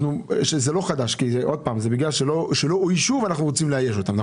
שזה לא חדש אלא זה כי בגלל שלא אוישו ואנחנו רוצים לאייש אותם.